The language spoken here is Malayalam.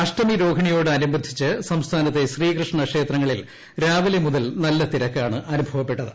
അഷ്ടമിരോഹിണിയോട് അനുബന്ധിച്ച് സംസ്ഥാനത്തെ ശ്രീകൃഷ്ണ ക്ഷേത്രങ്ങളിൽ രാവിലെ മുതൽ നല്ല തിരക്കാണ് അനുഭവപ്പെട്ടത്